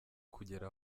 kugera